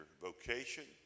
vocation